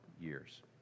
years